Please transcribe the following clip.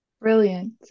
Brilliant